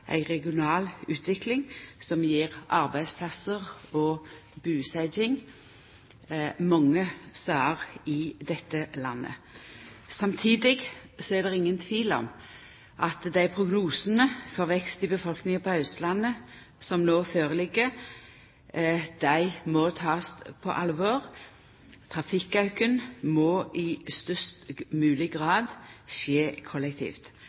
ei regional utvikling som gjev arbeidsplassar og busetjing mange stader i dette landet. Samtidig er det ingen tvil om at dei prognosane for vekst i befolkninga på Austlandet som no ligg føre, må takast på alvor. Trafikkauken må i størst mogleg grad skje kollektivt.